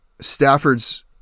Stafford's